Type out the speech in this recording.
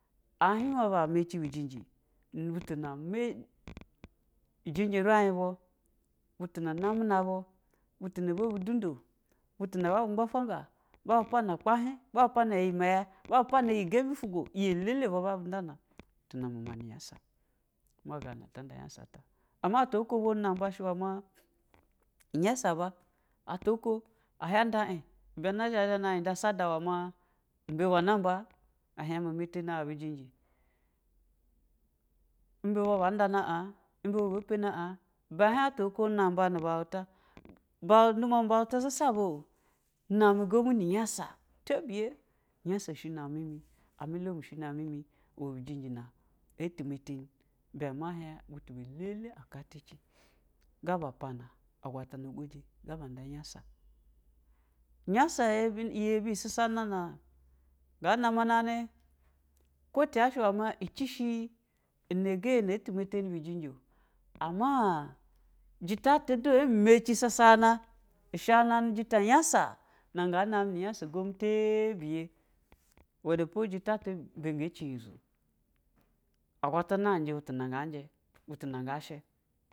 Á hihwa ba á mɛci bu jawɛ, buta ma janjɛ rai bu, buta na nami na bu butu. Na ma bu dundo butu na ma bu mbafanga. Ma bu pana iyimɛyɛ, ma bu pana iyi sɛmbi fuswo iyi lɛlɛubwa mabu nda. Nyasa, a hia nda sana a zha nahi nde esade i wɛ ma imbɛ bwɛ namba, ɛhɛin ɛ́mɛtɛni an bɛjɛjɛ imba bwe ba ndani an, imba bwe ba ndani an ibɛ hun atwa ho ta namba nu bauta zabao tabiyɛ, nyasa shine ɛmimi ami lomu shini amimi i wɛ bɛjɛjɛnɛ nɛ atu nu njɛ, mɛ han, butu bɛ lɛlɛ aka ta chi, ga ba agwatana gojɛ, sa banyasa nyasa yibi sa sana na nga namaɛni ko ta ya shi i wɛ ma ichi shi ɛhɛsɛyɛ atu mɛtɛnjɛ bu jɛnjɛo ɛma, jita ta du emeci sasana i sha nani jɛta nyasa, nga layi nu nyasa som tɛbiyɛ i wɛ do jɛta ibɛ nga chi. Nyizo agwatana